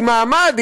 עם מעמד,